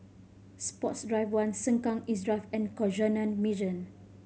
Sports Drive One Sengkang East Drive and Canossian Mission